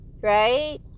right